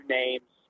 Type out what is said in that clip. names